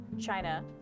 china